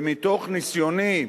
מתוך ניסיוני,